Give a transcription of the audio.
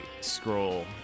scroll